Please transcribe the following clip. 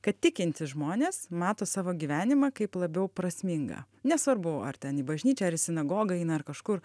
kad tikintys žmonės mato savo gyvenimą kaip labiau prasmingą nesvarbu ar ten į bažnyčią ar į sinagogą eina ar kažkur